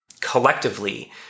collectively